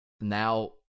Now